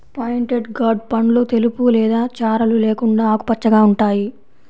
pointed gourd పండ్లు తెలుపు లేదా చారలు లేకుండా ఆకుపచ్చగా ఉంటాయి